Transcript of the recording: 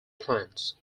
plants